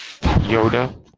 Yoda